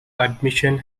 admission